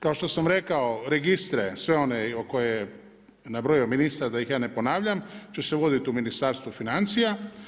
Kao što sam rekao registre sve one koje je nabrojao ministar da ih ja ne ponavljam će se uvoditi u Ministarstvo financija.